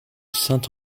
saints